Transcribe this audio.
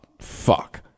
Fuck